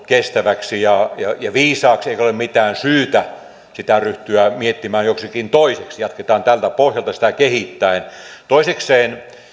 kestäväksi ja ja viisaaksi eikä ole mitään syytä sitä ryhtyä miettimään joksikin toiseksi jatketaan tältä pohjalta sitä kehittäen toisekseen